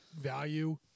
value –